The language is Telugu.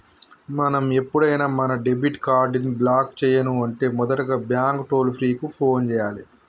మనం ఎప్పుడైనా మన డెబిట్ కార్డ్ ని బ్లాక్ చేయను అంటే మొదటగా బ్యాంకు టోల్ ఫ్రీ కు ఫోన్ చేయాలి